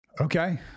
Okay